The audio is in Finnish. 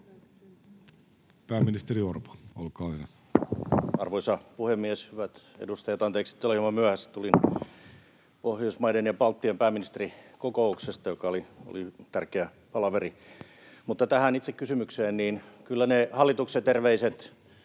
Pääministeri Orpo, olkaa hyvä. Arvoisa puhemies, hyvät edustajat! Anteeksi, että olen hieman myöhässä. Tulin Pohjoismaiden ja Baltian pääministerikokouksesta, joka oli tärkeä palaveri. — Tähän itse kysymykseen: Kyllä ne hallituksen terveiset